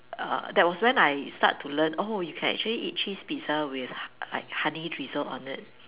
uh that was when I start to learn oh you can actually eat cheese Pizza with like honey drizzled on it